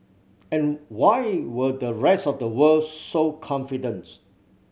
and why were the rest of the world so confidence